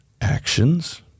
Actions